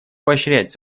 поощрять